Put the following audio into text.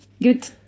Good